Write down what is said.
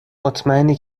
مطمئنی